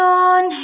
on